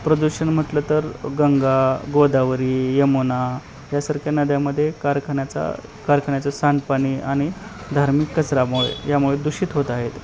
प्रदूषण म्हटलं तर गंगा गोदावरी यमुना यासारख्या नद्यामध्ये कारखाान्याचा कारखाान्याचं सांडपाणी आणि धार्मिक कचरामुळे यामुळे दूषित होत आहेत